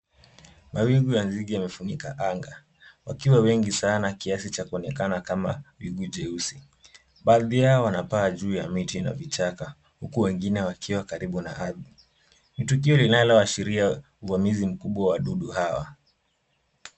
Mawingu ya nzige yamefunika anga. Wakiwa wengi sana kiasi cha kuonekana kama wingu jeusi. Baadhi yao wanaoaa juu ya miti na vichaka huku wengine wakiwa karibu na ardhi. Ni tukio linaloashiria uvamizi mkubwa wa wadudu hawa.